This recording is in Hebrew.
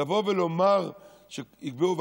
לבוא ולומר שיקבעו?